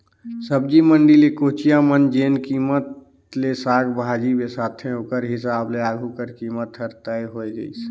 सब्जी मंडी ले कोचिया मन जेन कीमेत ले साग भाजी बिसाथे ओकर हिसाब ले आघु कर कीमेत हर तय होए गइस